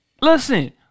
Listen